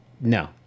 No